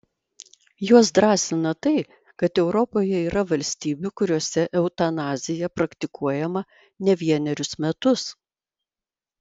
juos drąsina tai kad europoje yra valstybių kuriose eutanazija praktikuojama ne vienerius metus